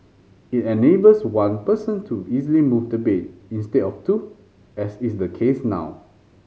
it enables one person to easily move the bed instead of two as is the case now